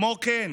כמו כן,